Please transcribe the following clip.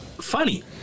funny